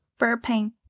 Burping